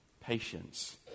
patience